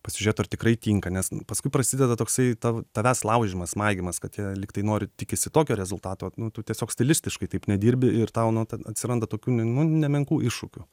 pasižiūrėt ar tikrai tinka nes nu paskui prasideda toksai ta tavęs laužymas maigymas kad jie lygtai nori tikisi tokio rezultato nu tu tiesiog stilistiškai taip nedirbi ir tau nu ten atsiranda tokių nu nemenkų iššūkių